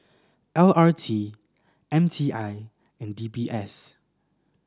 L R T M T I and D B S